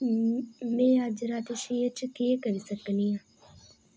में अज्ज रातीं शेयर च केह् करी सकनी आं